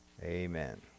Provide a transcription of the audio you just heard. Amen